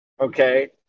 Okay